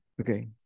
Okay